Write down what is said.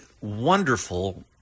wonderful